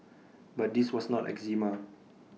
but this was not eczema